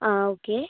ആ ഓക്കെ